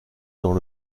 dans